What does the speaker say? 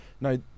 No